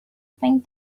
things